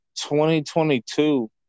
2022